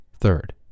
Third